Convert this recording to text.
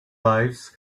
lives